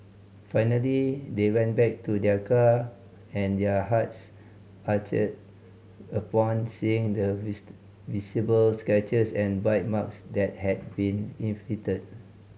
finally they went back to their car and their hearts ached upon seeing the visible scratches and bite marks that had been inflicted